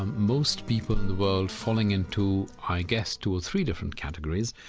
um most people world falling into, i guess, two or three different categories.